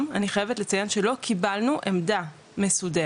אני חייבת לציין שלא קיבלנו עמדה מסודרת.